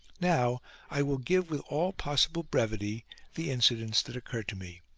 now i will give with all possible brevity the incidents that occur to me.